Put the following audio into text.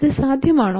ഇത് സാധ്യമാണോ